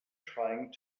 trying